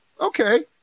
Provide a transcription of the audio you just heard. okay